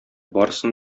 барысын